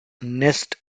nest